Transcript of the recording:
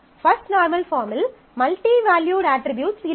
first normal பாஃர்ம்மில் multi valued attributes இல்லை